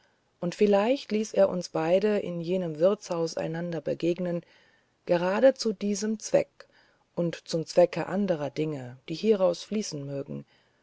und vielleicht ließ er uns beide in jenem wirtshaus einander begegnen gerade zu diesem zweck und zum zwecke anderer dinge die hieraus fließen mögen